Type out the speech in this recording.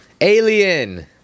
Alien